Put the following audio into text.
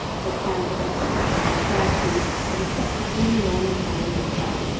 it stands against a background of fir trees, with a stretch of green lawn and flowers in front,